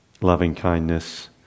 loving-kindness